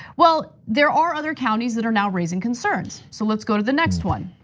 well, there are other counties that are now raising concerns. so let's go to the next one.